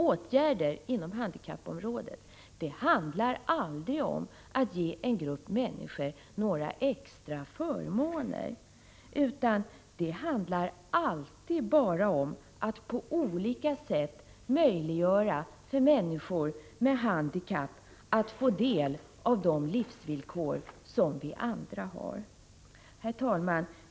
Åtgärder inom handikappområdet handlar aldrig om att ge en grupp människor några extra förmåner, utan det handlar alltid bara om att på olika sätt möjliggöra för människor med handikapp att få del av de livsvillkor som vi andra har. Herr talman!